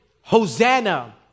Hosanna